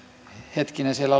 hetkinen siellä